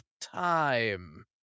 time